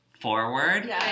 forward